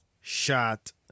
shot